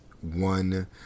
One